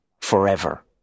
forever